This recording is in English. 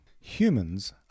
Humans